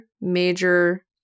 major